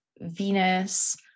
Venus